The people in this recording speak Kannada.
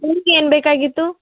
ನಿಮ್ಗ ಏನು ಬೇಕಾಗಿತ್ತು